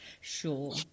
sure